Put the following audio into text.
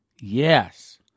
Yes